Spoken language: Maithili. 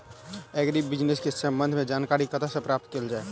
एग्री बिजनेस केँ संबंध मे जानकारी कतह सऽ प्राप्त कैल जाए?